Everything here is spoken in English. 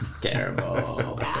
Terrible